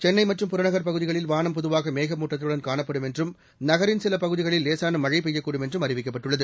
சென்னை மற்றும் புறநகர் பகுதிகளில் வானம் பொதுவாக மேகமூட்டத்துடன் காணப்படும் என்றும் நகரின் சில பகுதிகளில் லேசான மழை பெய்யக்கூடும் என்றும் அறிவிக்கப்பட்டுள்ளது